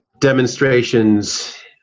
demonstrations